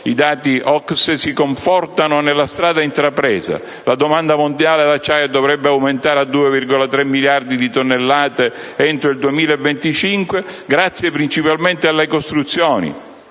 I dati OCSE ci confortano nella strada intrapresa, la domanda mondiale d'acciaio dovrebbe aumentare a 2,3 miliardi di tonnellate entro il 2025, grazie principalmente alle costruzioni,